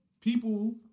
people